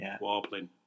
warbling